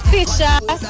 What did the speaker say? Fisher